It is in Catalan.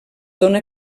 dóna